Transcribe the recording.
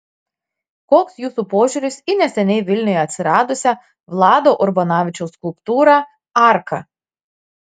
koks jūsų požiūris į neseniai vilniuje atsiradusią vlado urbanavičiaus skulptūrą arka